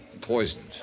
poisoned